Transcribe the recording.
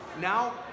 now